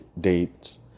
dates